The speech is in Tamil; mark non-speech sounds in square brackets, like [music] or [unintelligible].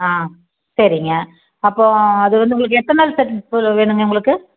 ஆ சரிங்க அப்போது அது வந்து உங்களுக்கு எத்தனை நாள் [unintelligible] வேணுங்க உங்களுக்கு